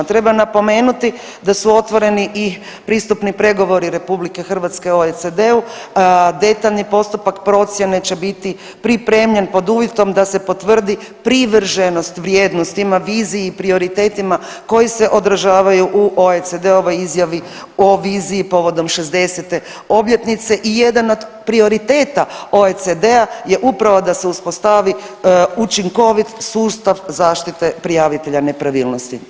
Treba napomenuti da su otvoreni i pristupni pregovori Republike Hrvatske OECD-u, detaljni postupak procjene će biti pripremljen pod uvjetom da se potvrdi privrženost vrijednostima, viziji, prioritetima koji se odražavaju u OECD-ovoj viziji povodom 60-te obljetnice i jedan od prioriteta OECD-a je upravo da se uspostavi učinkovit sustav zaštite prijavitelja nepravilnosti.